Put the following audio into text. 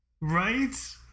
right